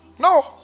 No